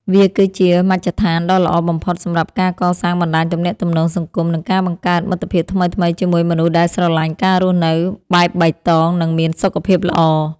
វាគឺជាមជ្ឈដ្ឋានដ៏ល្អបំផុតសម្រាប់ការកសាងបណ្ដាញទំនាក់ទំនងសង្គម និងការបង្កើតមិត្តភាពថ្មីៗជាមួយមនុស្សដែលស្រឡាញ់ការរស់នៅបែបបៃតង និងមានសុខភាពល្អ។